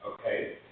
okay